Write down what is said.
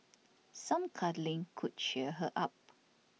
some cuddling could cheer her up